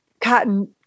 Cotton